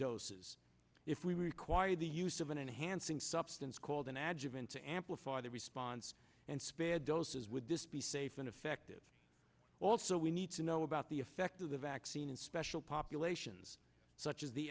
doses if we require the use of an enhancing substance called an adjutant to amplify the response and spare doses would this be safe and effective also we need to know about the effect of the vaccine in special populations such as the